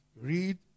Read